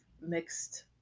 mixed